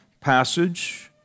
passage